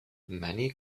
many